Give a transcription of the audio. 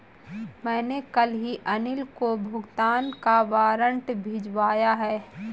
मैंने कल ही अनिल को भुगतान का वारंट भिजवाया है